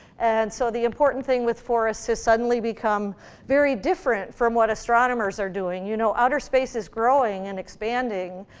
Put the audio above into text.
and so the important thing with forest has suddenly become very different from what astronomers are doing. you know, outer space is growing and expanding.